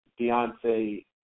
Beyonce